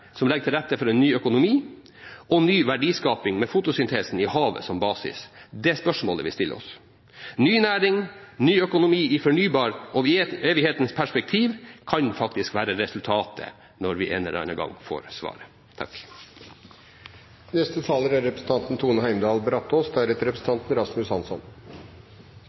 som legger til rette for en ny økonomi og ny verdiskaping med fotosyntesen i havet som basis? Det er spørsmålet vi stiller oss. Ny næring, ny økonomi i fornybarhetens og evighetens perspektiv kan faktisk være resultatet når vi en eller annen gang får svaret.